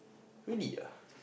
really ah